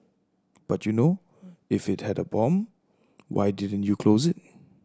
but you know if it had a bomb why didn't you close it